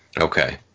Okay